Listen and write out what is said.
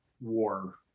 war